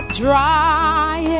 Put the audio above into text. dry